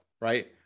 right